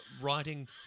writing